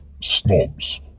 snobs